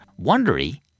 Wondery